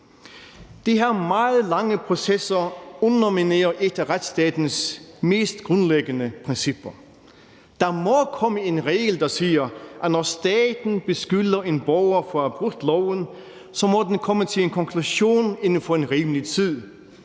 De her meget lange processer underminerer et af retsstatens mest grundlæggende principper. Der må komme en regel, der siger, at når staten beskylder en borger for at have brudt loven, så må den komme til en konklusion inden for rimelig tid,